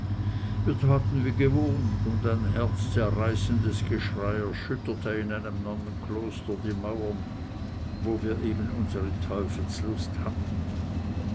wir taten wie gewohnt und ein herzzerreißendes geschrei erschütterte in einem nonnenkloster die mauern wo wir eben unsere teufelslust hatten